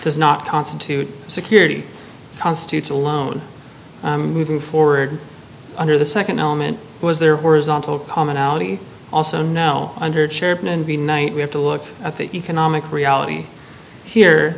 does not constitute security constitutes alone moving forward under the nd element was there horizontal commonality also now under chairman and the night we have to look at the economic reality here